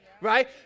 Right